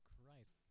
Christ